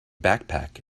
backpack